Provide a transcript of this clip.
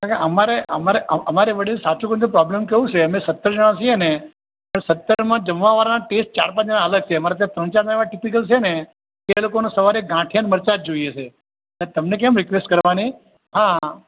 કારણ કે અમારે અમારે અમારે વડીલ સાચું કહું ને તો પ્રોબ્લમ કેવો છે અમે સત્તર જણા છીએ ને સત્તરમાં જમવાવાળાનો ટેસ્ટ ચાર પાંચ જણાના અલગ છે અમારે ત્યાં ત્રણ ચાર જણા એવાં ટિપિકલ છે ને કે એ લોકોને સવારે ગાંઠીયા ને મરચાં જ જોઈએ છે અને તમને કેમ રિક્વેસ્ટ કરવાની હા